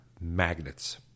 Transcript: magnets